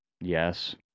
Yes